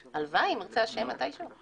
הלוואי, אם ירצה ה' מתי שהוא.